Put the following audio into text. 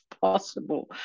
possible